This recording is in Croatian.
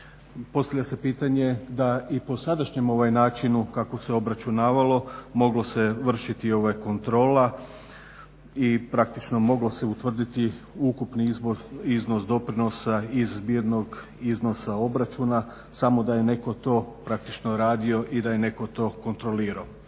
postavlja se pitanje da i po sadašnjem načinu kako se obračunavalo moglo se vršiti kontrolu i praktično moglo se utvrditi ukupni iznos doprinosa iz zbirnog iznosa obračuna samo da je netko to praktično radio i da je netko to kontrolirao.